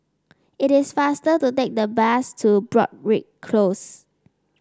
it is faster to take the bus to Broadrick Close